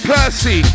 Percy